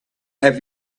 have